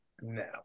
No